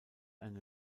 eine